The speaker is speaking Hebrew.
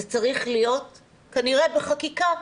זה צריך להיות כנראה בחקיקה.